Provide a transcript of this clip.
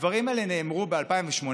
הדברים האלה נאמרו ב-2018.